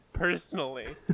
personally